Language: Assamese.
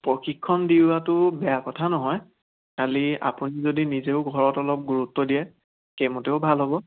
প্ৰশিক্ষণ দিয়াটো বেয়া কথা নহয় খালি আপুনি যদি নিজেও ঘৰত অলপ গুৰুত্ব দিয়ে সেইমতেও ভাল হ'ব